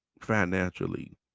financially